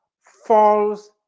false